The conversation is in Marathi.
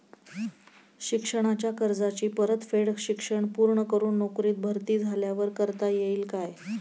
शिक्षणाच्या कर्जाची परतफेड शिक्षण पूर्ण करून नोकरीत भरती झाल्यावर करता येईल काय?